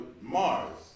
Mars